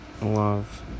Love